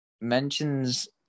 mentions